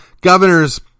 governor's